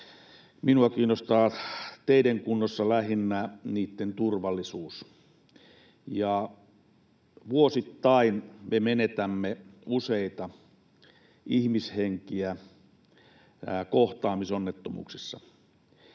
Minua kiinnostaa teiden kunnossa lähinnä niitten turvallisuus. Vuosittain me menetämme useita ihmishenkiä kohtaamisonnettomuuksissa.